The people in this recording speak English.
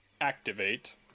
activate